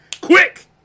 Quick